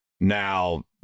now